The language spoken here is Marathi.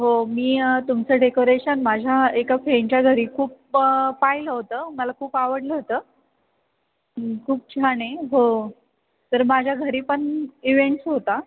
हो मी तुमचं डेकोरेशन माझ्या एका फेंडच्या घरी खूप पाहिलं होतं मला खूप आवडलं होतं खूप छान आहे हो तर माझ्या घरी पण इवेंट्स होता